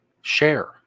share